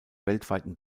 weltweiten